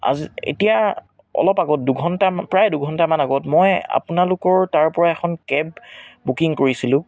আজি এতিয়া অলপ আগত দুঘণ্টা প্ৰায় দুঘণ্টামান আগত মই আপোনালোকৰ তাৰ পৰা এখন কেব বুকিং কৰিছিলোঁ